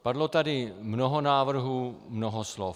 Padlo tady mnoho návrhů, mnoho slov.